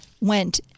went